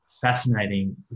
fascinating